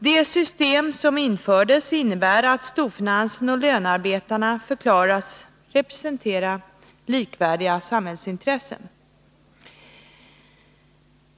Det system som infördes innebär att storfinansen och lönarbetarna förklaras representera likvärdiga samhällsintressen.